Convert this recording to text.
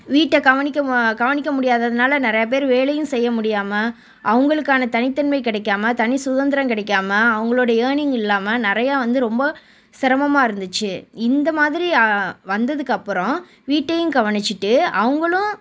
வீட்ட கவனிக்க கவனிக்க முடியாததுனால நிறையா பேர் வேலையும் செய்ய முடியாமல் அவங்களுக்கான தனித்தன்மை கிடைக்காம தனி சுதந்திரம் கிடைக்காம அவங்களோட ஏர்னிங் இல்லாமல் நிறையா வந்து ரொம்ப சிரமமா இருந்துச்சு இந்த மாதிரி வந்ததுக்கு அப்புறம் வீட்டையும் கவனிச்சுட்டு அவங்களும்